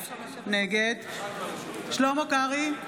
נגד שלמה קרעי,